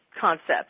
Concept